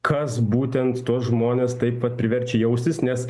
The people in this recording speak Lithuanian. kas būtent tuos žmones taip vat priverčia jaustis nes